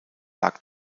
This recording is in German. lag